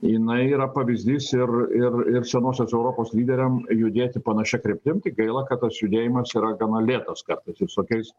jinai yra pavyzdys ir ir ir senosios europos lyderiam judėti panašia kryptim tik gaila kad tas judėjimas yra gana lėtas kartais visokiais